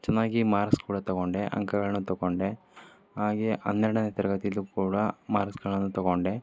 ಚೆನ್ನಾಗಿ ಮಾರ್ಕ್ಸ್ ಕೂಡ ತಗೊಂಡೆ ಅಂಕಗಳನ್ನು ತಗೊಂಡೆ ಹಾಗೇ ಹನ್ನೆರಡನೇ ತರಗತಿಯಲ್ಲೂ ಕೂಡ ಮಾರ್ಕ್ಸ್ಗಳನ್ನು ತಗೊಂಡೆ